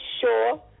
sure